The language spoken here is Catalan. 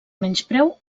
menyspreu